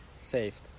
saved